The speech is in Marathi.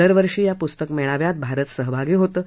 दरवर्षी या पुस्तक मेळाव्यात भारत सहभागी होतं